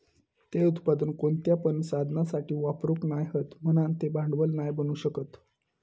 ते उत्पादन कोणत्या पण साधनासाठी वापरूक नाय हत म्हणान ते भांडवल नाय बनू शकत